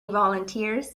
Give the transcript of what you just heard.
volunteers